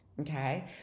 Okay